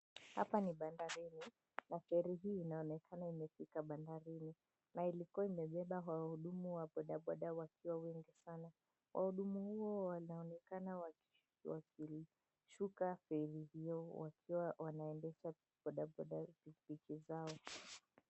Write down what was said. Hapa ni bandarini matori hii inaonekana imefika bandari na ilikuwa imebeba wahudumu wa bodaboda wakiwa wengi sana. Wahudumu huo wanaonekana wakichuka feri hiyo wakiwa wanaendesha bodaboda zao.